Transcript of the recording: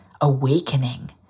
awakening